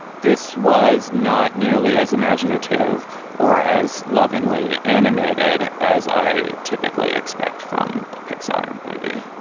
this was not nearly as imaginative or as lovingly animated as i typically expect from a pixar movie.